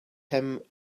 him